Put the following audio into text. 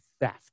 theft